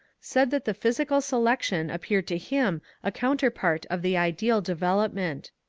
said that the physical selection appeared to him a counterpart of the ideal development.